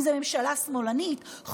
ואם זה ממשלה שמאלנית,